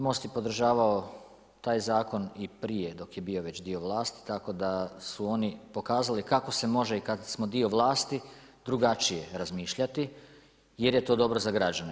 MOST je podržavao taj zakon i prije dok je bio već dio vlasti, tako da su oni pokazali kako se može i kad smo dio vlasti drugačije razmišljati jer je to dobro za građane.